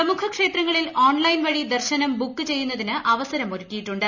പ്രമുഖ് ക്ഷേത്രങ്ങളിൽ ഓൺലൈൻ വഴി ദർശനം ബുക്ക് ചെയ്യുന്നതിന് അവസരമൊരുക്കിയിട്ടുണ്ട്